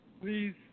please